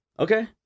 Okay